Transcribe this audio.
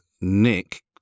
Nick